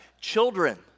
children